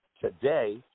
today